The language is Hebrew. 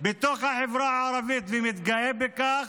בחברה הערבית ומתגאה בכך.